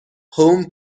home